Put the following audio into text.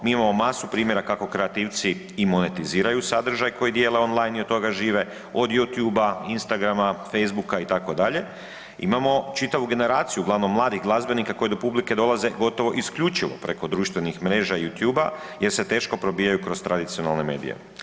Mi imamo masu primjera kako kreativci i monetiziraju sadržaj koji dijele online i od toga žive od YouTubea, Instagrama, Facebooka itd., imamo čitavu generaciju uglavnom mladih glazbenika koji do publike dolaze gotovo isključivo preko društvenih mreža i YouTubea jer se teško probijaju kroz tradicionalne medije.